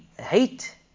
hate